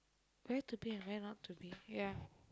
where to be and where not to be ya